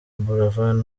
buravan